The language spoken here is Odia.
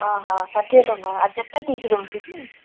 ହଁ ହଁ ଷାଠିଏ ଟଙ୍କା ଆଉ ଯେତେ ପିସ୍ ଦଉଛି